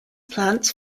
plants